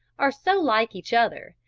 are so like each other,